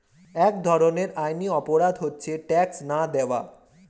এক ধরনের আইনি অপরাধ হচ্ছে ট্যাক্স না দেওয়া